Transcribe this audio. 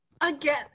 Again